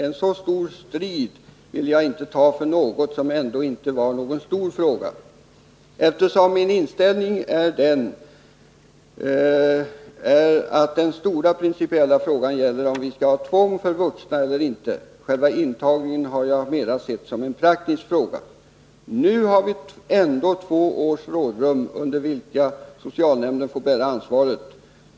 En så stor strid ville jag inte ta för något som ändå inte är någon stor fråga. Eftersom min inställning är att den stora principiella frågan gäller om vi ska ha tvång för vuxna eller inte. Själva intagningen har jag mera sett som en praktisk fråga. — Nu har vi ändå två års rådrum under vilka socialnämnden får bära ansvaret.